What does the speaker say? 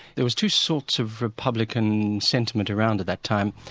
there was two sorts of republican sentiment around at that time.